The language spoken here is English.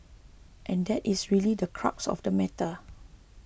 and that is really the crux of the matter